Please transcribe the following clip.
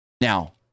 Now